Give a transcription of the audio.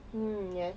mm yes